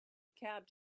cab